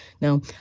Now